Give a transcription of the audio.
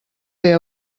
fer